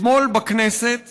אתמול בכנסת